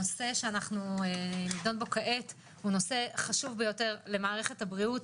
הנושא שאנחנו נדון בו כעת הוא נושא חשוב ביותר למערכת הבריאות,